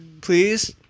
Please